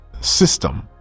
system